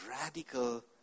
radical